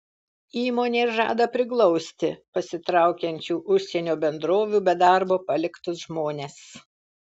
įmonė žada priglausti pasitraukiančių užsienio bendrovių be darbo paliktus žmones